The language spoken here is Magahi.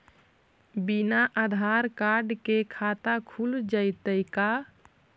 बिना आधार कार्ड के खाता खुल जइतै का?